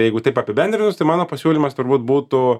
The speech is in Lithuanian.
jeigu taip apibendrinus tai mano pasiūlymas turbūt būtų